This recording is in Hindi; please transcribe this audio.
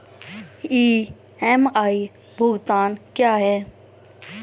ई.एम.आई भुगतान क्या है?